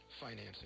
financing